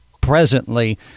presently